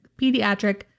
pediatric